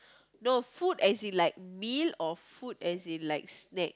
no food as in like meal or food as in like snack